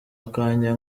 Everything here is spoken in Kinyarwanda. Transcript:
akanya